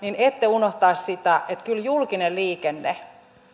ette unohtaisi sitä että kyllä julkinen liikenne